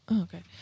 Okay